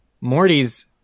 Morty's